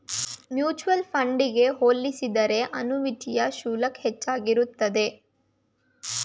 mutual fund ಗೆ ಹೋಲಿಸಿದರೆ ಅನುಯಿಟಿಯ ಶುಲ್ಕ ಹೆಚ್ಚಾಗಿರುತ್ತದೆ